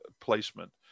placement